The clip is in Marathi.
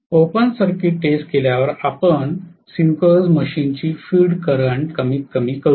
ओपन सर्किट टेस्ट केल्यावर आपण सिंक्रोनस मशीनची फील्ड करंट कमीतकमी करू